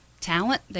talent